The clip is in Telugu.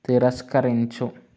తిరస్కరించు